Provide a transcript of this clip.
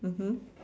mmhmm